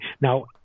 Now